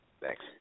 Thanks